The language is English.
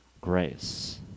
grace